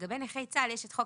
לגבי נכי צה"ל יש את חוק